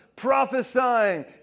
prophesying